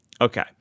Okay